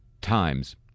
Times